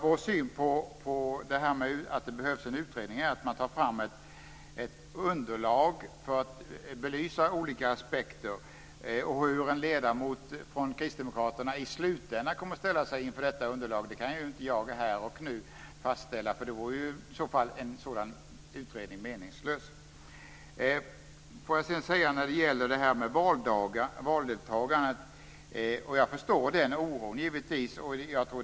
Vår syn på att det behövs en utredning är att man tar fram ett underlag för att belysa olika aspekter. Hur en ledamot från Kristdemokraterna i slutändan kommer att ställa sig inför detta underlag kan ju inte jag här och nu fastställa, för då vore ju en sådan här utredning meningslös. Får jag sedan säga när det gäller valdagar och valdeltagande att jag givetvis förstår oron.